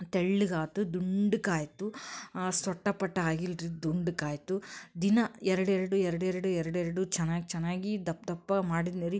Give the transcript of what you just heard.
ತೆಳ್ಳಗಾಯ್ತು ದುಂಡ್ಗಾಯ್ತು ಸೊಟ್ಟ ಪಟ್ಟ ಆಗಿಲ್ಲ ರೀ ದುಂಡ್ಗಾಯ್ತು ದಿನಾ ಎರಡೆರಡು ಎರಡೆರಡು ಎರಡೆರಡು ಚೆನ್ನಾಗಿ ಚೆನ್ನಾಗಿ ದಪ್ಪ ದಪ್ಪ ಮಾಡಿದ್ನ್ ರೀ